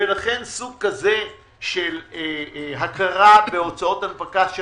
לכן סוג כזה של הכרה בהוצאות הנפקה של